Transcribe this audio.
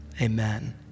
Amen